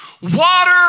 water